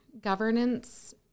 Governance